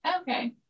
okay